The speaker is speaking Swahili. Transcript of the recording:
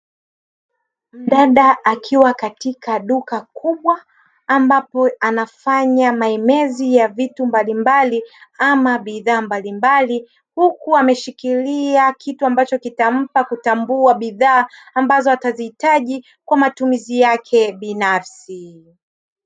Mdada akiwa katika duka kubwa ambapo anafanya maenezi ya vitu mbalimbali ama bidhaa mbalimbali huku ameshikilia kitu ambacho kitampa kutambua bidhaa ambazo atazihitaji kwa matumizi yake binafsi.